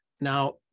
Now